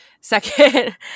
Second